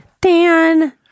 Dan